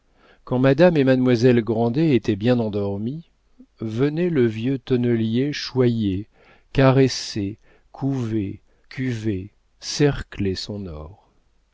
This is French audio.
quand madame et mademoiselle grandet étaient bien endormies venait le vieux tonnelier choyer caresser couver cuver cercler son or